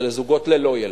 זה לזוגות ללא ילדים,